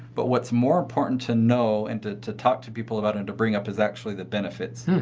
but what's more important to know and to to talk to people about and to bring up is actually the benefits.